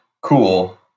Cool